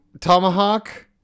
tomahawk